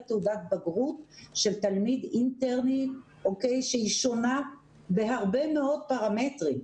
תעודת בגרות של תלמיד אינטרני שהיא שונה בהרבה מאוד פרמטרים.